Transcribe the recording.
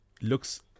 looks